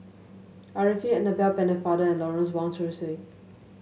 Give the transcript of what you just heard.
Arifin Annabel Pennefather and Lawrence Wong Shyun Tsai